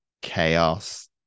chaos